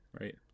right